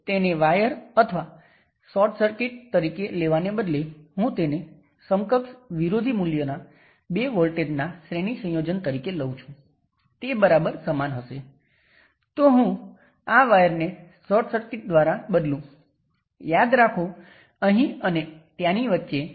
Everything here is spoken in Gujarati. તે ગૂંચવણભરી રીતે દોરવામાં આવે છે પરંતુ આ બે ટર્મિનલ વચ્ચે 1 કિલો Ω રેઝિસ્ટર અને 4 કિલો Ω રેઝિસ્ટર બંને જોડાયેલા છે